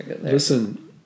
Listen